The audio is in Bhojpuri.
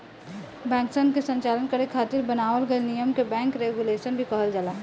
बैंकसन के संचालन करे खातिर बनावल गइल नियम के बैंक रेगुलेशन भी कहल जाला